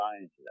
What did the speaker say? science